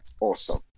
awesome